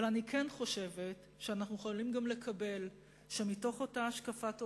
אבל אני כן חושבת שאנחנו יכולים גם לקבל שמתוך אותה השקפת עולם,